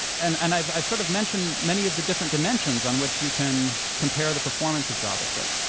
and and i've i've sort of mentioned many of the different dimensions on which you can compare the performance of javascript,